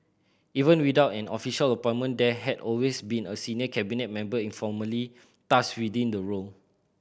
even without an official appointment there had always been a senior Cabinet member informally tasked with the role